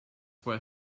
where